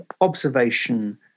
observation